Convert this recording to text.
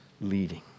leading